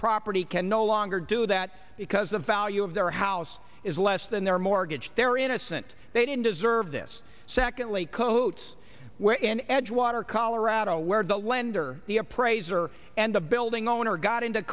property can no longer do that because the value of their house is less than their mortgage their innocent they didn't deserve this secondly coats we're in edgewater colorado where the lender the appraiser and the building owner got into